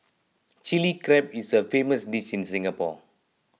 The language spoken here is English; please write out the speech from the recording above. Chilli Crab is a famous dish in Singapore